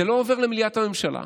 זה לא עובר למליאת הממשלה,